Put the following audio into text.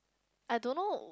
I don't know